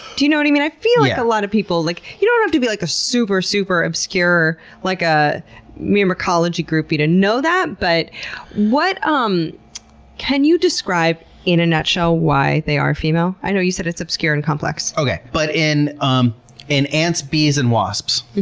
do you know what i mean? i feel like a lot of people, like you don't have to be like a super, super, obscure ah myrmecology groupie to know that. but um can you describe in a nutshell why they are female? i know you said it's obscure and complex. okay. but in um in ants, bees, and wasps